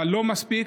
אבל זה לא מספיק.